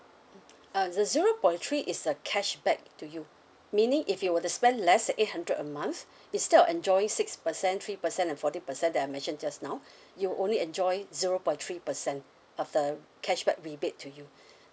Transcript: uh the zero point three is a cashback to you meaning if you were to spend less than eight hundred a month instead of enjoying six percent three percent and forty percent that I mentioned just now you only enjoy zero point three percent of the cashback rebate to you